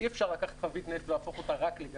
אי אפשר לקחת חבית נפט, להפוך אותה רק לגז.